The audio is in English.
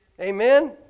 Amen